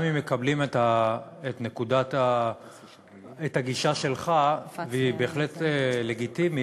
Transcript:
גם אם מקבלים את הגישה שלך, והיא בהחלט לגיטימית,